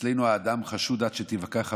אצלנו האדם חשוד עד שתוכח חפותו,